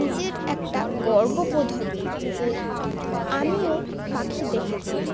নিজের একটা গর্ব বোধ হবে যে আমিও পাখি দেখেছি